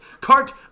cart